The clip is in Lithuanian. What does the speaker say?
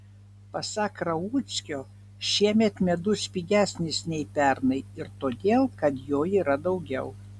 pasak rauckio šiemet medus pigesnis nei pernai ir todėl kad jo yra daugiau